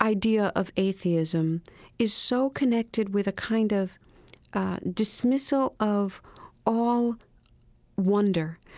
idea of atheism is so connected with a kind of dismissal of all wonder,